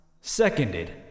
Seconded